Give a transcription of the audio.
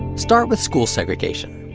start with school segregation.